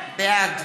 בעד